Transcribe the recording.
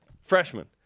freshman